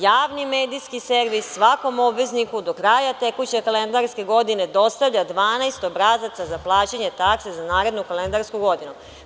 Javni medijski servis svakom obvezniku do kraja tekuće kalendarske godine dostavlja 12 obrazaca za plaćanje takse za narednu kalendarsku godinu.